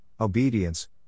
Obedience